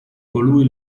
colui